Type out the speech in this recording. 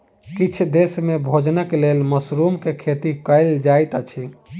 किछ देस में भोजनक लेल मशरुम के खेती कयल जाइत अछि